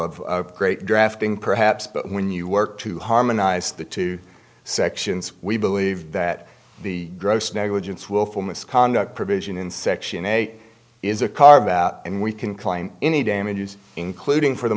of great drafting perhaps but when you work to harmonize the two sections we believe that the gross negligence willful misconduct provision in section eight is a car and we can claim any damages including for the